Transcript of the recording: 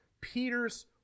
Peter's